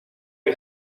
que